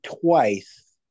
twice